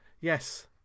yes